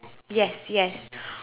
yes yes